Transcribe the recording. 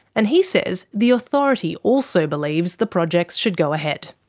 and he says the authority also believes the projects should go ahead.